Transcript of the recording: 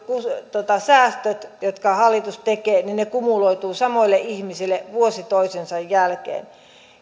säästöt jotka hallitus tekee kumuloituvat samoille ihmisille vuosi toisensa jälkeen